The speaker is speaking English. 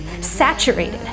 saturated